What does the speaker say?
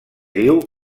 diu